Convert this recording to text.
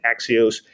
Axios